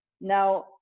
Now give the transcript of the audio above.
now